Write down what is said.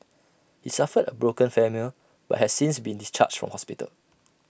he suffered A broken femur but has since been discharged from hospital